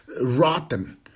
rotten